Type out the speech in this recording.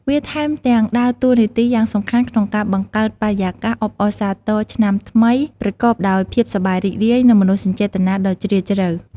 វាថែមទាំងដើរតួនាទីយ៉ាងសំខាន់ក្នុងការបង្កើតបរិយាកាសអបអរសាទរឆ្នាំថ្មីប្រកបដោយភាពសប្បាយរីករាយ និងមនោសញ្ចេតនាដ៏ជ្រាលជ្រៅ។